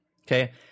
okay